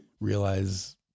realize